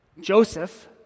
Joseph